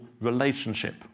relationship